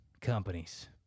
companies